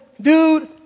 dude